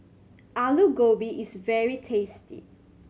Alu Gobi is very tasty